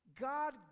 God